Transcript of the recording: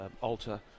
alter